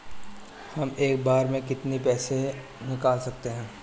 हम एक बार में कितनी पैसे निकाल सकते हैं?